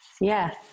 yes